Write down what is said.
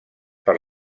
per